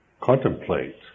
contemplate